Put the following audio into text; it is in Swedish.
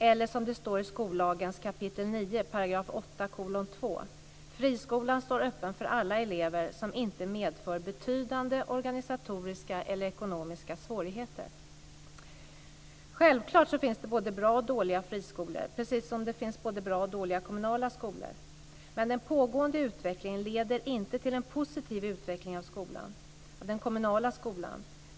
Eller som det står i skollagens kap 9 Självklart finns det både bra och dåliga friskolor, precis som det finns både bra och dåliga kommunala skolor. Men den pågående utvecklingen leder inte till en positiv utveckling av den kommunala skolan.